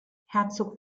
herzog